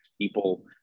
people